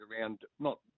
around—not